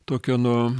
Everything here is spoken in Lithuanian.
tokio nuo